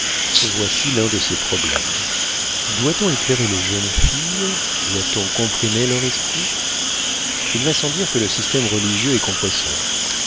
voici l'un de ces problèmes doit-on éclairer les jeunes filles doit-on comprimer leur esprit il va sans dire que le système religieux est compresseur